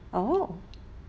oh